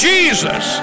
Jesus